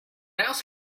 else